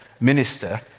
minister